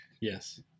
Yes